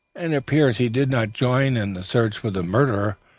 and it appears he did not join in the search for the murderer,